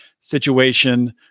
situation